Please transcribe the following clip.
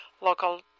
local